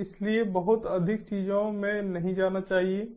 इसलिए बहुत अधिक चीजों में नहीं जाना चाहिए